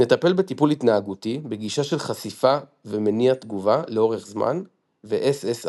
נטפל בטיפול התנהגותי בגישה של חשיפה ומניע תגובה לאורך זמן וSSRI.